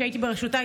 שהייתי בראשותה,